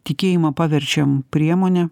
tikėjimą paverčiam priemone